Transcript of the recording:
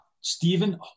Stephen